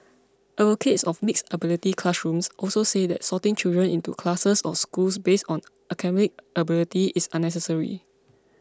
advocates of mixed ability classrooms also say that sorting children into classes or schools based on academic ability is unnecessary